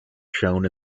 shown